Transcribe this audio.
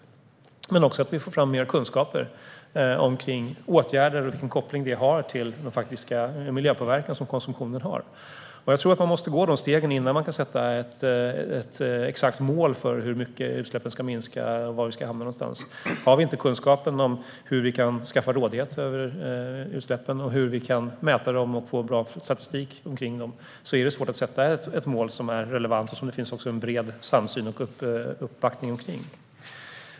Vi får också fram mer kunskap om åtgärder och deras koppling till den faktiska miljöpåverkan som konsumtionen har. Jag tror att man måste ta dessa steg innan man kan sätta ett exakt mål för hur mycket utsläppen ska minska och var någonstans vi ska hamna. Har vi inte kunskapen om hur vi kan ta kontroll över utsläppen och hur vi kan mäta dem och få bra statistik är det svårt att sätta ett relevant mål som det finns en bred samsyn och uppbackning kring.